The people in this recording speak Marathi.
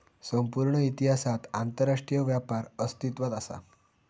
संपूर्ण इतिहासात आंतरराष्ट्रीय व्यापार अस्तित्वात असा